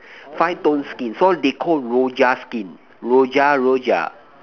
five tone skin so they called Rojak skin Rojak Rojak